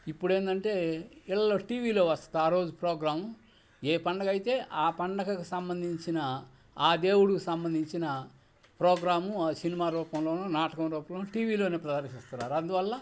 ఇప్పుడేంటంటే ఇళ్ళలో టీవీలో వస్తుంది ఆ రోజు ప్రోగ్రాము ఏ పండగయితే ఆ పండగకు సంబంధించిన ఆ దేవుడుకి సంబంధించిన ప్రోగ్రాము ఆ సినిమా రూపంలోనూ నాటకం రూపంలో టీవీలోనే ప్రదర్శిస్తున్నారు అందువల్ల